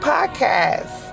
Podcast